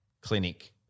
clinic